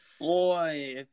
Boy